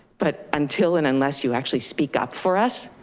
but until and unless you actually speak up for us,